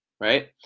Right